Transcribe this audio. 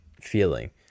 feeling